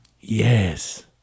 Yes